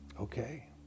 Okay